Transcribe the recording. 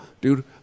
Dude